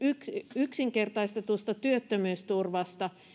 yksinkertaistetusta työttömyysturvasta